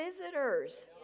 visitors